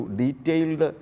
detailed